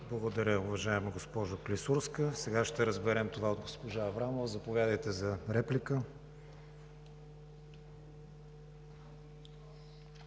Благодаря, уважаема госпожо Клисурска. Сега ще разберем това от госпожа Аврамова. Заповядайте за реплика,